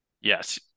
Yes